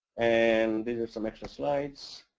and these are some extra slides.